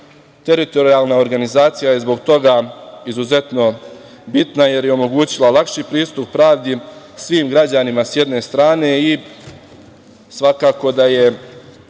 teritorijalna organizacija je zbog toga izuzetno bitna, jer je omogućila lakši pristup pravdi svim građanima, s jedne strane, i svakako da je